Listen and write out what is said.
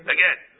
Again